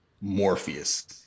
Morpheus